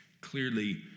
clearly